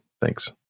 thanks